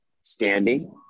standing